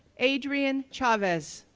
adrian chavez,